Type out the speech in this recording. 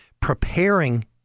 preparing